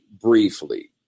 briefly